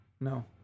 No